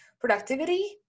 productivity